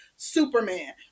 Superman